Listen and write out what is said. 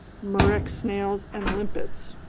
murex snails, and limpets.